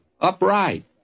upright